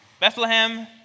Bethlehem